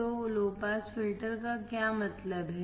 तो low pass filter का क्या मतलब है